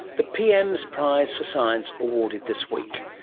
the pm's prizes for science awarded this week,